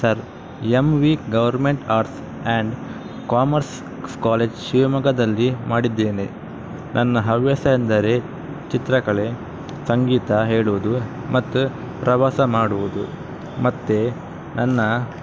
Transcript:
sir M V government arts and commerce college ಶಿವಮೊಗ್ಗದಲ್ಲಿ ಮಾಡಿದ್ದೇನೆ ನನ್ನ ಹವ್ಯಾಸ ಎಂದರೆ ಚಿತ್ರಕಲೆ ಸಂಗೀತ ಹೇಳುವುದು ಮತ್ತು ಪ್ರವಾಸ ಮಾಡುವುದು ಮತ್ತು ನನ್ನ